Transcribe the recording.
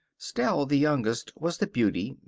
stell, the youngest, was the beauty.